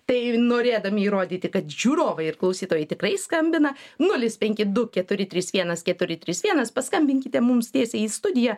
tai norėdami įrodyti kad žiūrovai ir klausytojai tikrai skambina nulis penki du keturi trys vienas keturi trys vienas paskambinkite mums tiesiai į studiją